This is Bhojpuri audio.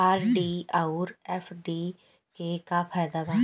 आर.डी आउर एफ.डी के का फायदा बा?